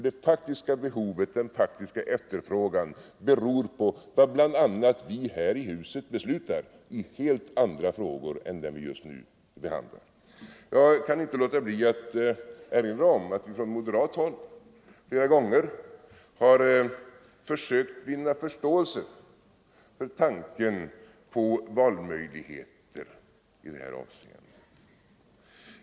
Det faktiska behovet, den faktiska efterfrågan, beror på vad bl.a. vi.här i huset beslutar i helt andra frågor än den vi just nu behandlar. Jag kan inte låta bli att här erinra om att vi från moderat håll flera gånger har försökt vinna förståelse för tanken på valmöjligheter i detta avseende.